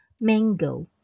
Mango